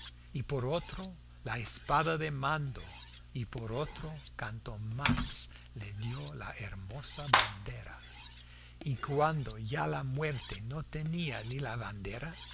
y por otro la espada de mando y por otro canto más le dio la hermosa bandera y cuando ya la muerte no tenía ni la bandera